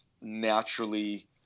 naturally